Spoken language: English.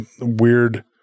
weird